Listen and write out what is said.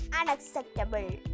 unacceptable